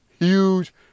huge